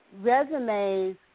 resumes